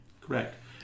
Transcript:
Correct